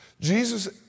Jesus